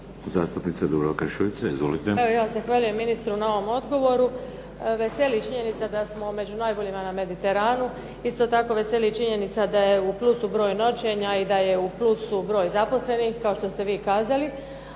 Zastupnica Dubravka Šuica. Izvolite.